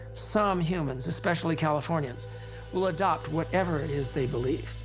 some humans especially californians will adopt whatever it is they believe.